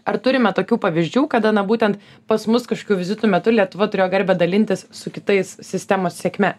ar turime tokių pavyzdžių kada na būtent pas mus kažkokių vizitų metu lietuva turėjo garbę dalintis su kitais sistemos sėkme